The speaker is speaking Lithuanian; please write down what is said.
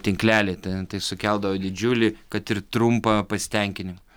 tinklelį ten tai sukeldavo didžiulį kad ir trumpą pasitenkinimą